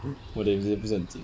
我的也不是不是很近